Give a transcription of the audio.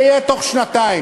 זה יהיה בתוך שנתיים.